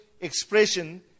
expression